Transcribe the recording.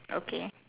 okay